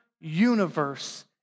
universe